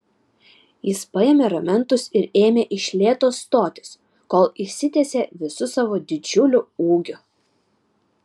jis paėmė ramentus ir ėmė iš lėto stotis kol išsitiesė visu savo didžiuliu ūgiu